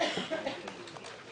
והתקבל שובר לתשלום.